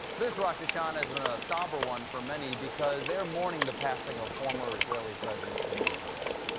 this rosh hashanah is a somber one for many because they are mourning the passing of former israeli president shimon peres.